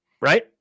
right